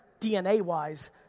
DNA-wise